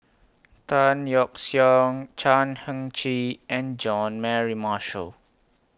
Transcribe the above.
Tan Yeok Seong Chan Heng Chee and Jean Mary Marshall